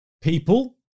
people